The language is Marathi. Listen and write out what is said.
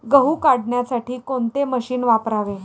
गहू काढण्यासाठी कोणते मशीन वापरावे?